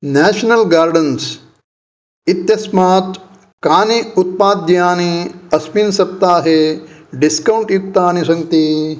national Gardens इत्यस्मात् कानि उत्पाद्यानि अस्मिन् सप्ताहे डिस्कौण्ट् युक्तानि सन्ति